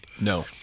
No